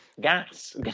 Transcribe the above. Gas